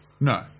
No